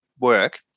work